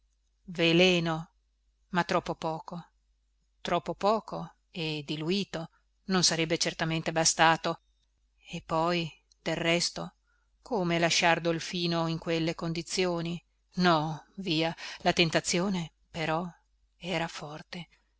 veleno ma troppo poco troppo poco e diluito non sarebbe certamente bastato e poi del resto come lasciar dolfino in quelle condizioni no via la tentazione però era forte